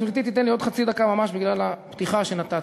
וגברתי תיתן לי עוד חצי דקה ממש בגלל הפתיחה שנתתי,